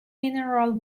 mineral